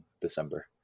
December